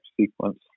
sequence